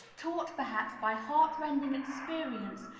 taught, perhaps, by heart-rending experience,